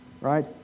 right